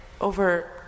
over